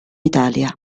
italia